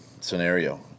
scenario